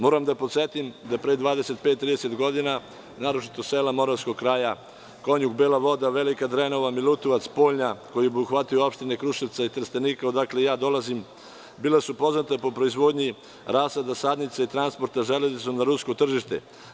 Moram da podsetim da pre 25-30 godina naročito sela moravskog kraja Konjuh, Bela Voda, Velika Drenova, Milutovac, Sponja, koji obuhvataju opštine Kruševca i Trstenika odakle ja dolazim, bila su poznata po proizvodnji rasada sadnica i transporta železnicom na rusko tržište.